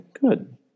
good